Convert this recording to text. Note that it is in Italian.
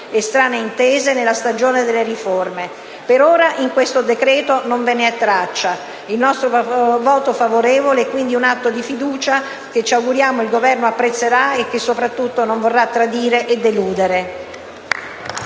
e strane intese nella stagione delle riforme. Per ora in questo decreto non ve ne è traccia. Il nostro voto favorevole è quindi un atto di fiducia che ci auguriamo il Governo apprezzerà e che, soprattutto, non vorrà tradire e deludere.